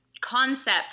concept